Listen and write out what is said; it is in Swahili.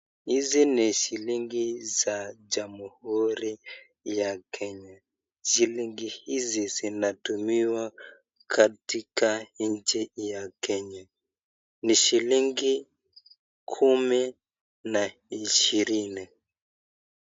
Hizi ni shilingi za jamuhuri ya kenya shilingi hizi zinatumiwa katika nchi ya kenya ni shilingi kumi na ishirini.